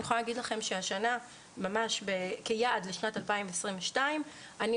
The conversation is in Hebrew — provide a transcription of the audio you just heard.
אני יכולה להגיד לכם שהשנה כיעד ל-2022 אני